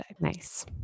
Nice